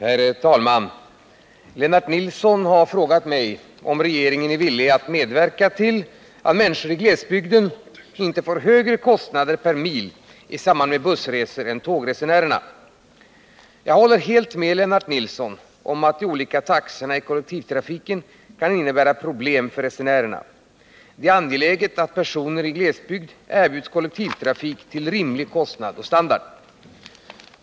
Herr talman! Lennart Nilsson har frågat mig om regeringen är villig att medverka till att människor i glesbygd inte får högre kostnader per mil i samband med bussresor än tågresenärerna. Jag håller helt med Lennart Nilsson om att de olika taxorna i kollektivtrafiken kan innebära problem för resenärerna. Det är angeläget att personer som bor i glesbygd erbjuds kollektivtrafik till rimlig kostnad och med rimlig standard.